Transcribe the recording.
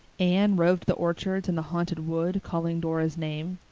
anne roved the orchards and the haunted wood, calling dora's name.